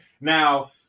Now